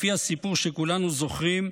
לפי הסיפור שכולנו זוכרים,